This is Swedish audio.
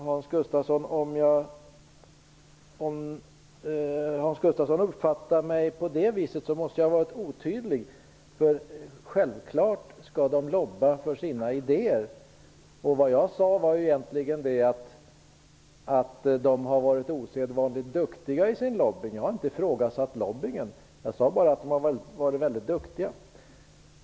Herr talman! Om Hans Gustafsson uppfattar mig på det viset måste jag ha varit otydlig. Självfallet skall de ''lobba'' för sina idéer. Det jag sade var egentligen att de har varit osedvanligt duktiga i sin lobbying. Jag har inte ifrågasatt lobbyingen. Jag sade bara att de har varit väldigt duktiga.